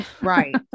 Right